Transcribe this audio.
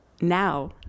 now